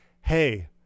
hey